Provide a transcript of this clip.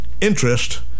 interest